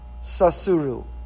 Sasuru